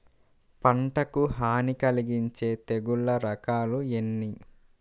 పంటకు హాని కలిగించే తెగుళ్ల రకాలు ఎన్ని?